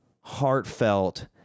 heartfelt